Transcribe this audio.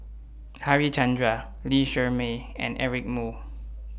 Harichandra Lee Shermay and Eric Moo